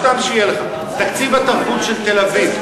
סתם שיהיה לך: תקציב התרבות של תל-אביב,